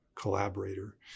collaborator